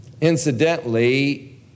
Incidentally